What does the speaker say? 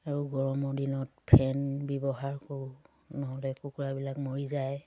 আৰু গৰমৰ দিনত ফেন ব্যৱহাৰ কৰোঁ নহ'লে কুকুৰাবিলাক মৰি যায়